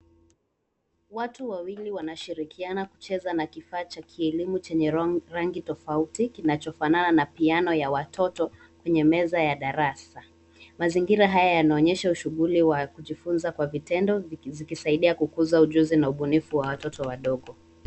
Watu wawili wanashirikiana kucheza na kifaa cha kielimu chenye rangi tofauti kinachofanana na piano ya watoto kwenye meza ya darasa. Mazingira haya yanaonyesha ushughuli wa kujifunza kwa vitendo zikisaidia kukuza ujuzi na ubunifu wa watoto wadogo.